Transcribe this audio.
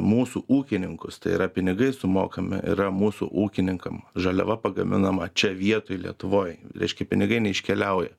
mūsų ūkininkus tai yra pinigai sumokami yra mūsų ūkininkam žaliava pagaminama čia vietoj lietuvoj reiškia pinigai neiškeliauja